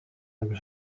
hem